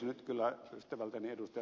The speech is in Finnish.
nyt kyllä ystävälläni ed